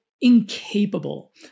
incapable